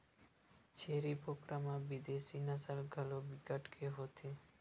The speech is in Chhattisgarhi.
छेरी बोकरा म बिदेसी नसल घलो बिकट के होथे